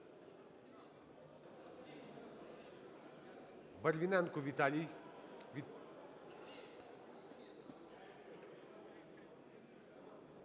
Барвіненко Віталій.